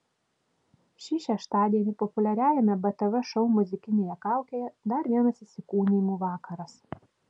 šį šeštadienį populiariajame btv šou muzikinėje kaukėje dar vienas įsikūnijimų vakaras